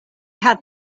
had